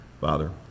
Father